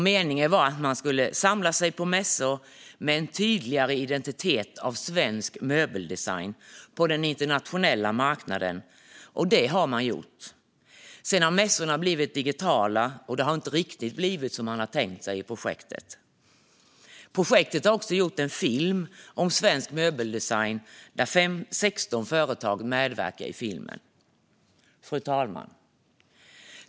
Meningen var att man skulle samla sig på mässor med en tydligare identitet av svensk möbeldesign på den internationella marknaden, och det har man gjort. Sedan har mässorna blivit digitala, och det har därför inte blivit riktigt som man tänkt sig i projektet. Projektet har också gjort en film om svensk möbeldesign, där 16 företag medverkar.